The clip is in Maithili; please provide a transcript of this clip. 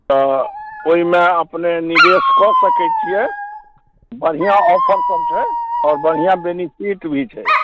तऽ ओइमे अपने निवेश कऽ सकै छियै बढ़िआँ ऑफर सभ छै आओर बढ़िआँ बेनीफिट भी छै